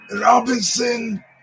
Robinson